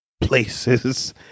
places